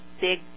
big